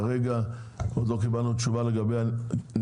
כרגע עוד לא קיבלנו תשובה אם מגיע פטור